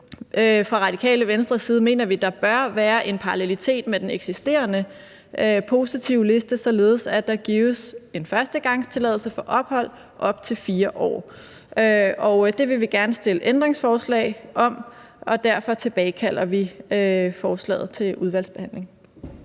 Fra Radikale Venstres side mener vi, der bør være en parallelitet med den eksisterende positivliste, således at der gives en førstegangstilladelse for ophold i op til 4 år. Det vil vi gerne stille ændringsforslag om, og derfor tilbagekalder vi forslaget til udvalgsbehandling.